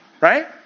right